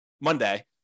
monday